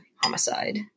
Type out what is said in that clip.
homicide